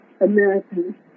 American